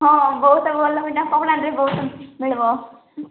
ହଁ ବହୁତ ଭଲ କପଡ଼ା ଟେ ବହୁତ ମିଳିବ